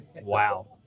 Wow